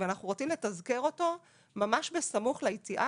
ואנחנו רוצים לתזכר אותו ממש בסמוך ליציאה